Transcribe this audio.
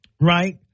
right